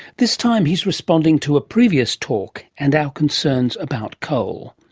this time he is responding to a previous talk and our concerns about coal.